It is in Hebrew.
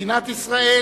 מדינת ישראל